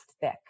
thick